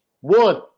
One